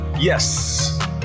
Yes